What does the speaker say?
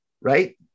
right